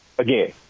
again